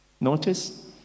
Notice